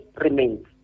remains